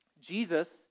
Jesus